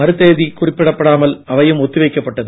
மறுதேதி குறிப்பிடபடாமல் அவையும் ஒத்தி வைக்கப்பட்டது